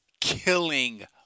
killing